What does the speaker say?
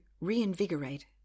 reinvigorate